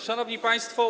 Szanowni Państwo!